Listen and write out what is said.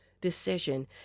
decision